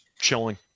chilling